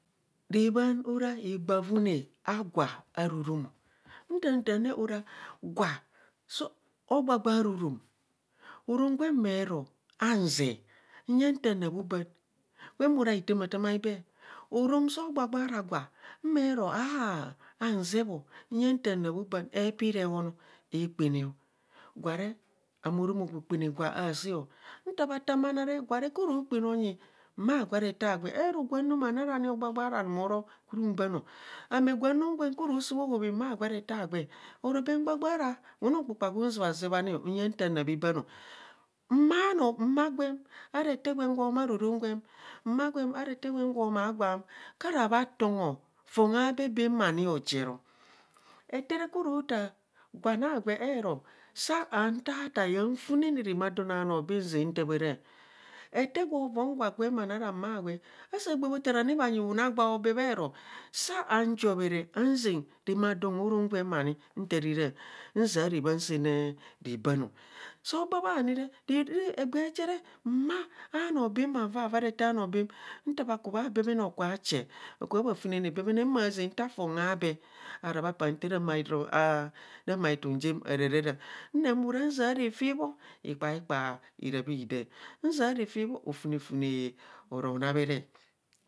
Raabhan ara higbafune a gwa araa arom ntaa re, ora gwa soo gbagbaa ara oram orom gwe mee ro aazee nyeng nta na bhobam gwem ora hitaama aibee orom soo gbagbaa ara gwa mee ro ahaa aazeebho nyeng nta bhobaan epii nhon aakpana o gwa re ame arom ogbo kpaana gwa aasa o nta bha tamare gwa re koro kpaana mma gwe ara ete agwe eroo gwan nom ani ara ṉi ogba ghaa ra num oro kuru mbaa no, ane gwan nom gwen koro saa bho hobhe mma agwe ara ete agwe oro bee ngba gbaa ara wunu kpukpa gwun zee ba zee bhanio nyeng nta naa bhabaam o, mma owoo mma gwem ara ete gwem gwo ma orom gwem mma gwem ara ete gwam kara tongho fon aabee bhaam ani ocher o. ete re okoro taa gwan agwe eroo saa han tataae nfunene rạmaadon aanoo bee nzaa nta bharaa ete gwo von gwa gwem ara mma gwe asaa gbaa taa oni bhanyi wuna gwa obee bhero saa han jobheree han zaa rayymaadom oram gwen nta rara nzia rabaan siten ne rebaano so ba bha nire egbee jen nere, mma anọọ baam bhava bhava ara ete anọọ bạạm nta bhaku bha bemene hoku bha chee akubha funend beme ne ma zeng nta fon aabee ara bha paa nta remaa aitum jem araara ra nem ora nzia refebho ikpaika ira bhi daa nzia refe ofunefune ora namere